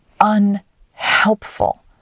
unhelpful